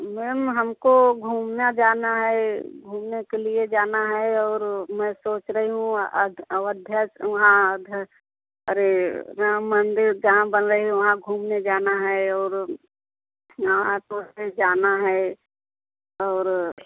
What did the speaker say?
ma'am हमको घूमना जाना है घूमने के लिए जाना है और मैं सोच रही हूँ अध अयोध्या वहाँ अरे राम मंदिर जहाँ बन रहें वहाँ घूमने जाना है और जाना है और